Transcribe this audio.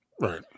Right